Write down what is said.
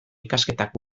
ikasketak